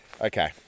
Okay